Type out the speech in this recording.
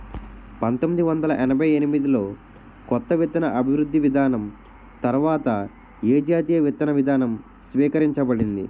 పంతోమ్మిది వందల ఎనభై ఎనిమిది లో కొత్త విత్తన అభివృద్ధి విధానం తర్వాత ఏ జాతీయ విత్తన విధానం స్వీకరించబడింది?